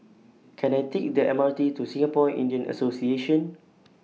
Can I Take The M R T to Singapore Indian Association